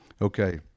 Okay